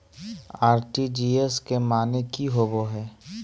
RTGS के माने की होबो है?